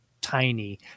tiny